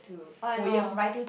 I know